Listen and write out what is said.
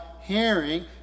hearing